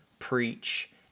preach